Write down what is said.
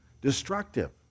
Destructive